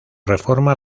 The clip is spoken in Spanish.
reforma